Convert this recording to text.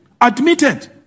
admitted